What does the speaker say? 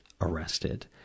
arrested